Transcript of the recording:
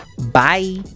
bye